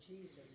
Jesus